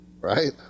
right